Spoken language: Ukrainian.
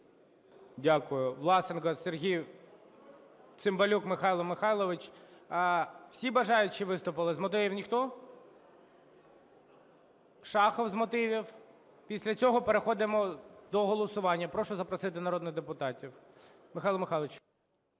Дякую. Власенко Сергій. Цимбалюк Михайло Михайлович. Всі бажаючі виступили? З мотивів ніхто? Шахов з мотивів. Після цього переходимо до голосування. Прошу запросити народних депутатів. Михайло Михайлович.